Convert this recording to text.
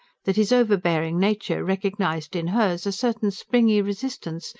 that his overbearing nature recognised in hers a certain springy resistance,